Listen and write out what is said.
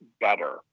better